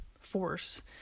force